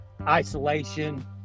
Isolation